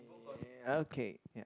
okay ya